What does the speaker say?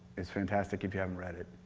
is fantastic if you haven't read it.